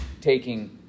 taking